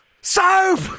Soap